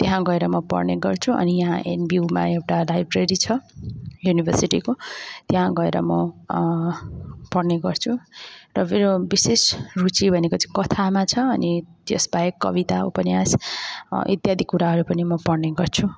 त्यहाँ गएर म पढ्ने गर्छु अनि यहाँ एनबियुमा एउटा लाइब्रेरी छ युनिभर्सिटीको त्यहाँ गएर म पढ्ने गर्छु र मेरो विशेष रुचि भनेको चाहिँ कथामा छ अनि त्यस बाहेक कविता उपन्यास इत्यादि कुराहरू पनि म पढ्ने गर्छु